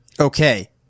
Okay